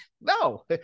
no